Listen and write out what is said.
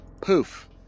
Poof